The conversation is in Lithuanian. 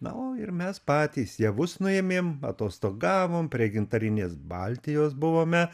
na o ir mes patys javus nuėmėm atostogavom prie gintarinės baltijos buvome